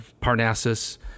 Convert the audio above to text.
Parnassus